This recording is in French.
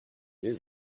les